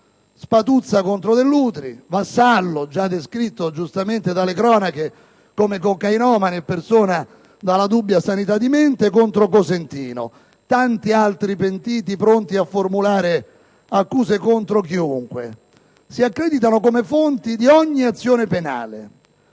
Spatuzza contro Dell'Utri, Vassallo (già descritto giustamente dalle cronache come cocainomane e persona dalla dubbia sanità di mente) contro Cosentino, e vi sono tanti altri pentiti pronti a formulare accuse contro chiunque; si accreditano come fonti di ogni azione penale.